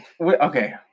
Okay